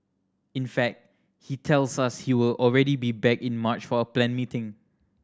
in fact he tells us he will already be back in March for a planned meeting